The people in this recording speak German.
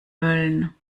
mölln